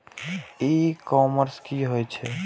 ई commerce की होय छेय?